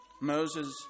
Moses